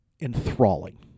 enthralling